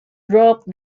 dropped